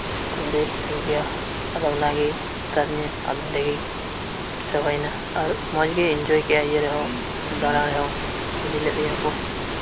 ᱵᱮᱥᱴᱷᱤᱠ ᱜᱮᱭᱟ ᱟᱫᱚ ᱚᱱᱟᱜᱤ ᱢᱤᱛᱟᱫᱤᱧᱟᱹ ᱟᱫᱚ ᱚᱸᱰᱮ ᱜᱤ ᱪᱟᱵᱟᱭᱮᱱᱟ ᱟᱨ ᱢᱚᱪᱜᱤᱧ ᱨᱟᱹᱥᱠᱟᱹ ᱠᱮᱫᱟ ᱤᱭᱟᱹ ᱨᱮᱦᱚᱸ ᱫᱟᱬᱟ ᱨᱮᱦᱚᱸ ᱤᱫᱤ ᱞᱮᱫ ᱞᱮᱭᱟᱠᱩ